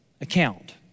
account